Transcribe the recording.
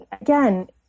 again